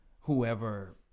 whoever